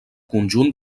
conjunt